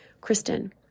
Kristen